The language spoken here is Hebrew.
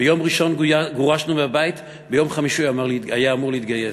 ביום ראשון גורשנו מהבית וביום חמישי הוא היה אמור להתגייס.